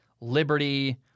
Liberty